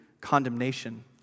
condemnation